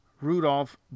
rudolph